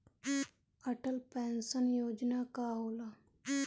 Atal pension योजना का होला?